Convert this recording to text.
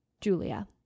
Julia